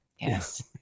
Yes